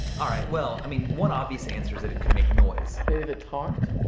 all right, well, i mean, one obvious answer is that it could make noise. if it talked?